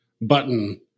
button